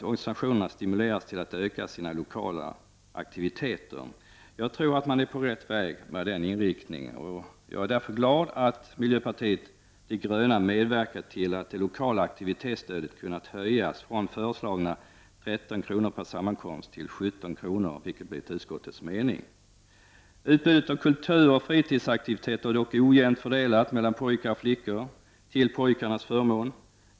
Organisationerna stimuleras också till att öka sina lokala aktiviteter. Jag tror att man är på rätt väg med den inriktningen. Jag är därför glad att miljöpartiet de gröna har medverkat till att det lokala aktivitetsstödet kunnat höjas från föreslagna 13 kr. per sammankomst till 17 kr., vilket blivit utskottets mening. Utbudet av kultur och fritidsaktiviteter är dock ojämnt fördelat mellan pojkar och flickor, till pojkarnas förmån.